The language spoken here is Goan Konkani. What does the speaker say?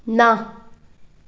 ना